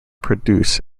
produce